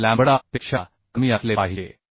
6 lambda पेक्षा कमी असले पाहिजे